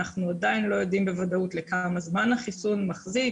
אנחנו עדיין לא יודעים בוודאות כמה זמן החיסון מחזיק,